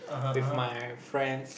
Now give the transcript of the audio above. with my friends